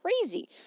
crazy